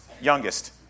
youngest